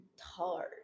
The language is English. hard